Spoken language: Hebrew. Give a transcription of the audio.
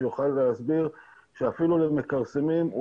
והוא יוכל להסביר שאפילו למכרסמים הוא